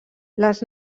les